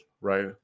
right